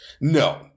No